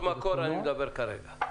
על הפקות מקור אני מדבר כרגע.